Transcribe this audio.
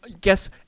guess